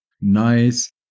nice